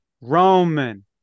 Roman